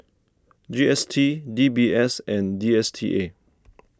G S T D B S and D S T A